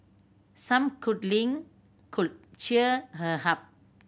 some cuddling could cheer her up